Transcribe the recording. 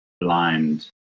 blind